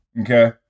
okay